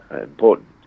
important